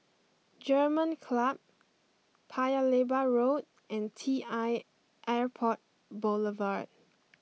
German Club Paya Lebar Road and T I Airport Boulevard